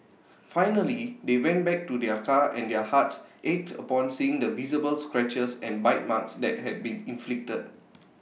finally they went back to their car and their hearts ached upon seeing the visible scratches and bite marks that had been inflicted